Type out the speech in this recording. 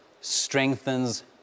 strengthens